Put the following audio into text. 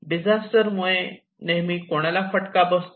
disaster मुळे नेहमी कोणाला फटका बसतो